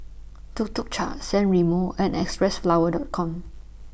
Tuk Tuk Cha San Remo and Xpressflower Dot Com